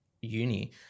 uni